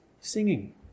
singing